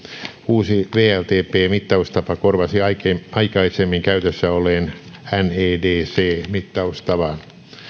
uusi wltp mittaustapa korvasi aikaisemmin käytössä olleen nedc mittaustavan